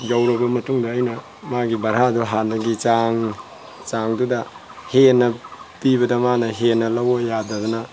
ꯌꯧꯔꯕ ꯃꯇꯨꯡꯗ ꯑꯩꯅ ꯃꯥꯒꯤ ꯚꯔꯥꯗꯣ ꯍꯥꯟꯅꯒꯤ ꯆꯥꯡ ꯆꯥꯡꯗꯨꯗ ꯍꯦꯟꯅ ꯄꯤꯕꯗ ꯃꯥꯅ ꯍꯦꯟꯅ ꯂꯧ ꯌꯥꯗꯗꯅ